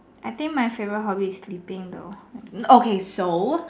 I think my favourite hobby is sleeping though okay so